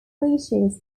reaches